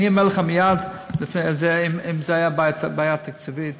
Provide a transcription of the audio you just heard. אני אומר לך מייד, אם זאת הייתה בעיה תקציבית